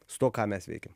su tuo ką mes veikiam